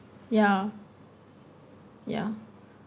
ya ya